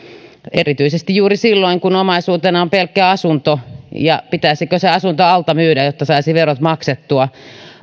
erityisesti juuri silloin kun omaisuutena oli pelkkä asunto pitäisikö se asunto alta myydä jotta saisi verot maksettua